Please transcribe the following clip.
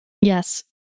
Yes